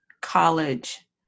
college